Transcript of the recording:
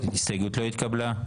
ההסתייגות לא התקבלה.